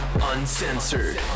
Uncensored